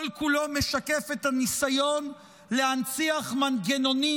כל-כולו משקף את הניסיון להנציח מנגנונים